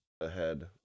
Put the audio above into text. ahead